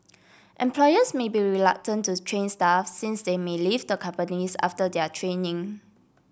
employers may be reluctant to train staff since they may leave the companies after their training